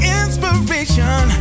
inspiration